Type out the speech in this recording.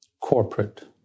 corporate